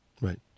Right